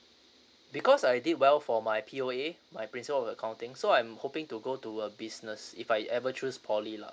because I did well for my P_O_A my principle of accounting so I'm hoping to go to a business if I ever choose poly lah